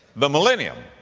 the millennium,